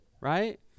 Right